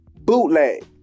bootleg